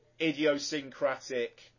idiosyncratic